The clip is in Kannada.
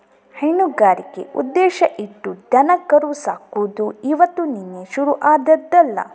ಹೈನುಗಾರಿಕೆ ಉದ್ದೇಶ ಇಟ್ಟು ದನಕರು ಸಾಕುದು ಇವತ್ತು ನಿನ್ನೆ ಶುರು ಆದ್ದಲ್ಲ